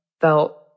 Felt